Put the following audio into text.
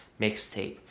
mixtape